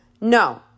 No